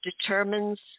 determines